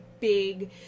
big